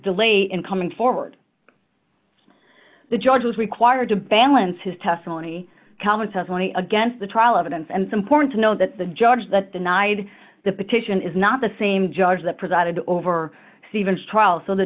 delay in coming forward the judge was required to balance his testimony common sense money against the trial evidence and some point to know that the judge that the nih had the petition is not the same judge that presided over stevens trial so the